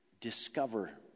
discover